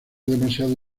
demasiado